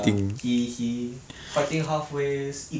you know my late game stronger you still don't want to help me hit that